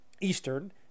Eastern